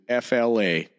FLA